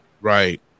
Right